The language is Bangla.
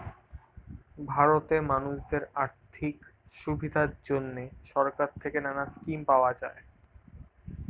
ভারতে মানুষদের আর্থিক সুবিধার জন্যে সরকার থেকে নানা স্কিম পাওয়া যায়